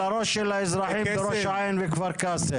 הראש של האזרחים בראש העין וכפר קאסם.